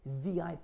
VIP